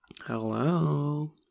Hello